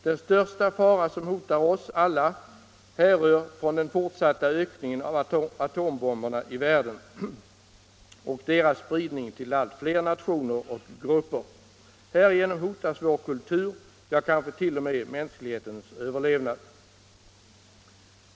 Den största fara som hotar oss alla härrör från den fortsatta ökningen av atombomberna i världen och deras spridning till allt fler nationer och grupper. Härigenom hotas vår kultur, ja kanske t.o.m. mänsklighetens överlevnad.